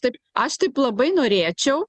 taip aš taip labai norėčiau